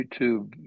YouTube